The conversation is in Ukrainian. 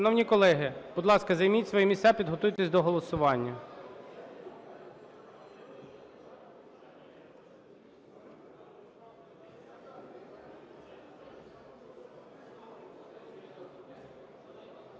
Шановні колеги, будь ласка, займіть свої місця підготуйтесь до голосування.